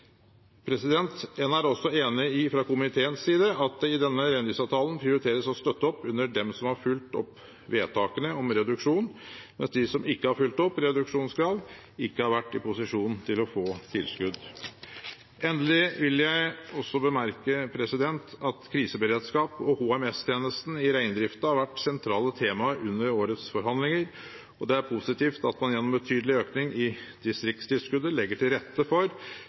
nødvendig. En er også fra komiteens side enig i at det i denne reindriftsavtalen prioriteres å støtte opp under dem som har fulgt opp vedtakene om reduksjon, mens de som ikke har fulgt opp reduksjonskrav, ikke har vært i posisjon til å få tilskudd. Endelig vil jeg også bemerke at kriseberedskapen og HMS-tjenesten i reindriften har vært sentrale temaer under årets forhandlinger. Det er positivt at man gjennom en betydelig økning i distriktstilskuddet legger til rette for